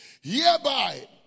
Hereby